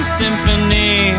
symphony